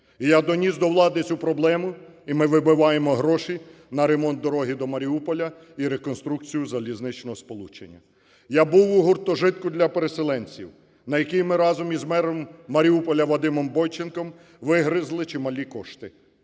І я доніс до влади цю проблему, і ми вибиваємо гроші на ремонт дороги до Маріуполя і реконструкцію залізничного сполучення. Я був у гуртожитку для переселенців, на який ми разом із мером Маріуполя Вадимом Бойченком вигризли чималі кошти,